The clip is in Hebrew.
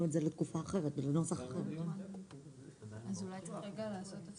זה רק מי שהגיע באמצע